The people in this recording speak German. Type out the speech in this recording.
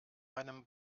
meinem